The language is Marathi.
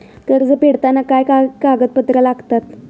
कर्ज फेडताना काय काय कागदपत्रा लागतात?